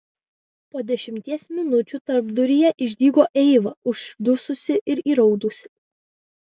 po dešimties minučių tarpduryje išdygo eiva uždususi ir įraudusi